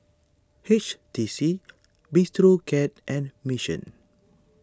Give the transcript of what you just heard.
H T C Bistro Cat and Mission